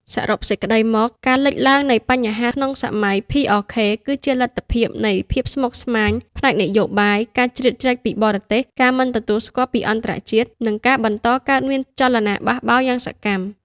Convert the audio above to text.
សរុបសេចក្ដីមក ការលេចឡើងនៃបញ្ហាក្នុងសម័យ PRK គឺជាលទ្ធផលនៃភាពស្មុគស្មាញផ្នែកនយោបាយ ការជ្រៀតជ្រែកពីបរទេស ការមិនទទួលស្គាល់ពីអន្តរជាតិ និងការបន្តកើតមានចលនាបះបោរយ៉ាងសកម្ម។